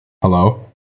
hello